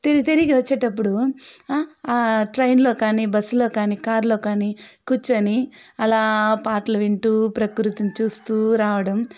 తిరిగి తిరిగి వచ్చేటప్పుడు ట్రైన్లో కానీ బస్సులో కానీ కారులో కానీ కూర్చొని అలా పాటలు వింటు ప్రకృతిని చూస్తు రావడం